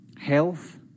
Health